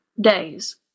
days